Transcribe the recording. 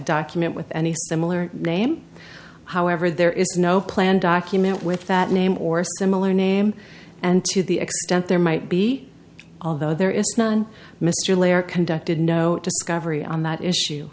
document with any similar name however there is no plan document with that name or similar name and to the extent there might be although there is none mr lehrer conducted no discovery on that issue